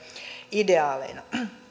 ideaaleina